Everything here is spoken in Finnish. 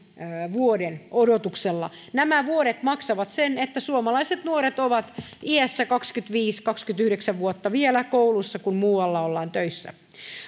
vuoden odotuksella nämä vuodet maksavat sen että suomalaiset nuoret ovat iässä kaksikymmentäviisi viiva kaksikymmentäyhdeksän vuotta vielä kouluissa kun muualla ollaan töissä